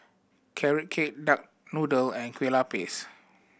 Carrot Cake duck noodle and kue lupis